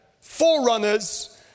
forerunners